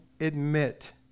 admit